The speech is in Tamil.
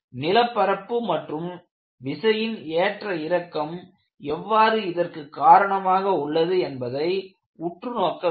நிலப்பரப்பு மற்றும் விசையின் ஏற்ற இறக்கம் எவ்வாறு இதற்கு காரணமாக உள்ளது என்பதை உற்று நோக்க வேண்டும்